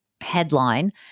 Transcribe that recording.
headline